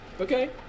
Okay